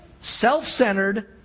self-centered